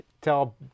tell